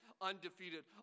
undefeated